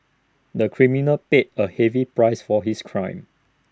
the criminal paid A heavy price for his crime